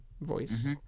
voice